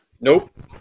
Nope